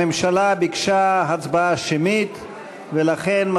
הממשלה ביקשה הצבעה שמית ולכן,